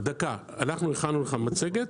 אנחנו הכנו לך מצגת,